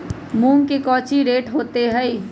मूंग के कौची रेट होते हई?